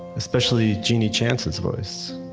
especially genie chance's voice.